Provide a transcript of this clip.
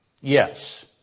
Yes